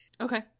Okay